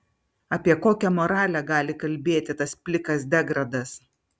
apie kokią moralę gali kalbėti tas plikas degradas